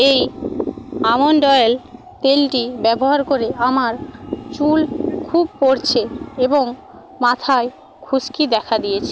এই almond oil তেলটি ব্যবহার করে আমার চুল খুব পড়ছে এবং মাথায় খুস্কি দেখা দিয়েছে